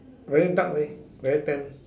very dark leh very tan